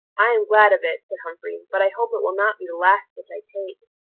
i am glad of it, said humphrey, but i hope it will not be the last which i take.